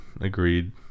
Agreed